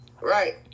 Right